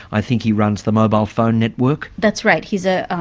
i think he runs the mobile phone network? that's right, he's a.